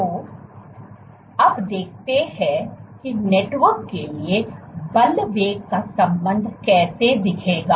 तो अब देखते हैं कि नेटवर्क के लिए बल वेग का संबंध कैसे दिखेगा